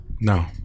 No